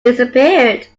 disappeared